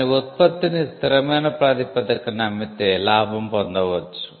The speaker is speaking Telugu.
దాని ఉత్పత్తిని స్థిరమైన ప్రాతిపదికన అమ్మితే లాభం పొందవచ్చు